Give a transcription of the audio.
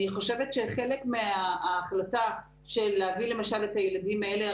אני חושבת שחלק מההחלטה של להביא למשל את הילדים האלה,